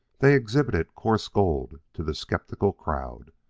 they exhibited coarse gold to the sceptical crowd.